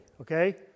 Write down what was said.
okay